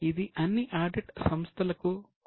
ఇది అన్ని ఆడిట్ సంస్థలకు కూడా వర్తిస్తుంది